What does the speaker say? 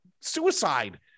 suicide